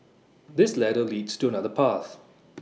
this ladder leads to another path